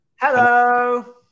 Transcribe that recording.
Hello